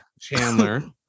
Chandler